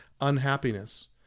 unhappiness